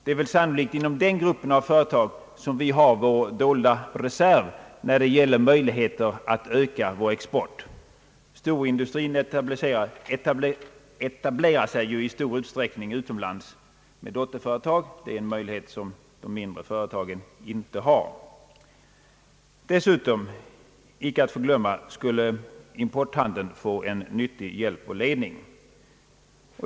Det är sannolikt inom denna grupp av företag, som vi har vår dolda reserv när det gäller möjligheter att öka vår export. Storindustrin etablerar sig ju i stor utsträckning utomlands med dotterföretag. Det är en möjlighet som de mindre företagarna inte har. Dessutom — icke att förglömma — skulle importhandeln få en nyttig hjälp och ledning.